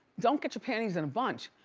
don't get your panties in a bunch.